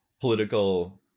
political